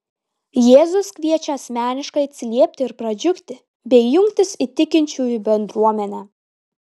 jėzus kviečia asmeniškai atsiliepti ir pradžiugti bei jungtis į tikinčiųjų bendruomenę